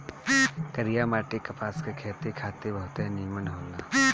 करिया माटी कपास के खेती खातिर बहुते निमन होला